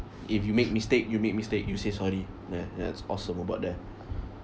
if you make mistake you make mistake you say sorry ya that's awesome about there